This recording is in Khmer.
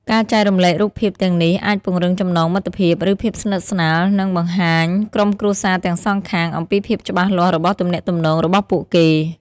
ការចែករំលែករូបភាពទាំងនេះអាចពង្រឹងចំណងមិត្តភាព ឬ ភាពស្និទ្ធស្នាល និងបង្ហាញក្រុមគ្រួសារទាំងសងខាង អំពីភាពច្បាស់លាស់របស់ទំនាក់ទំនងរបស់ពួកគេ។